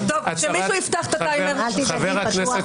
חבר הכנסת